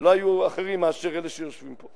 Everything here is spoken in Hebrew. לא היו אחרים מאשר אלה שיושבים פה.